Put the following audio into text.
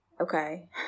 okay